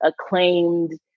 acclaimed